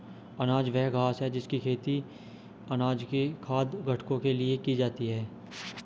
अनाज वह घास है जिसकी खेती अनाज के खाद्य घटकों के लिए की जाती है